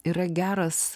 yra geras